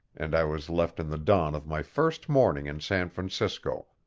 and i was left in the dawn of my first morning in san francisco,